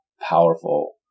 powerful